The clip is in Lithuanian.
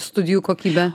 studijų kokybė